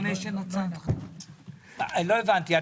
לא הבנתי.